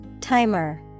Timer